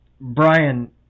Brian